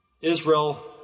Israel